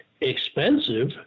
expensive